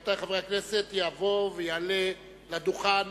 רבותי חברי הכנסת, יבוא ויעלה לדוכן